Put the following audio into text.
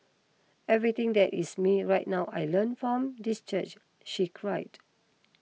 everything that is me right now I learn from this church she cried